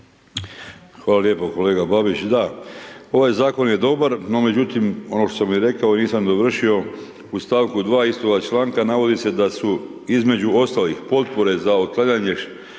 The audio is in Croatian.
Hvala lijepo. Kolega Babić, da, ovaj zakon je dobar no međutim ono i što sam rekao, nisam dovršio, u stavku 2. istog članka navodi se da su između ostalih potpore za otklanjanje šteta nastale